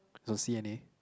so C_N_A